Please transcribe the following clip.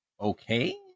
okay